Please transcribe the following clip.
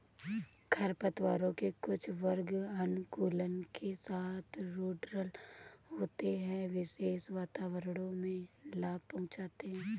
खरपतवारों के कुछ वर्ग अनुकूलन के साथ रूडरल होते है, विशेष वातावरणों में लाभ पहुंचाते हैं